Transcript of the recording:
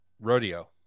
rodeo